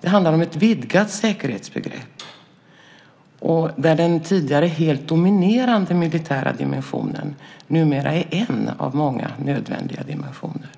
Det handlar om ett vidgat säkerhetsbegrepp där den tidigare helt dominerande militära dimensionen numera är en av många nödvändiga dimensioner.